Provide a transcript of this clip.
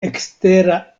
ekstera